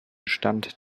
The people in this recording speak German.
stand